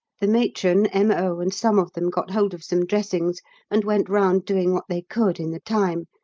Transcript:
the matron, m o, and some of them got hold of some dressings and went round doing what they could in the time,